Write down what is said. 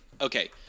okay